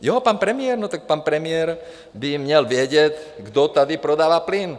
Jó pan premiér, no tak pan premiér by měl vědět, kdo tady prodává plyn.